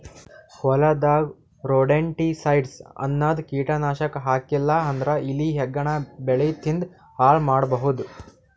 ಹೊಲದಾಗ್ ರೊಡೆಂಟಿಸೈಡ್ಸ್ ಅನ್ನದ್ ಕೀಟನಾಶಕ್ ಹಾಕ್ಲಿಲ್ಲಾ ಅಂದ್ರ ಇಲಿ ಹೆಗ್ಗಣ ಬೆಳಿ ತಿಂದ್ ಹಾಳ್ ಮಾಡಬಹುದ್